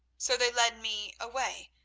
so they led me away,